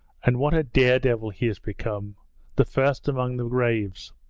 and what a dare-devil he has become the first among the braves.